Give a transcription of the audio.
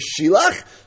Shilach